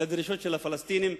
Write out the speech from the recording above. לדרישות של הפלסטינים,